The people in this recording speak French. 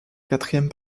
quatrième